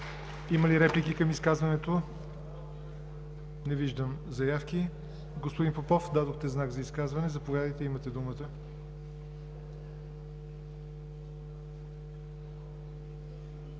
Има ли реплики към изказването? Не виждам заявки. Господин Попов, дадохте знак за изказване. Заповядайте, имате думата.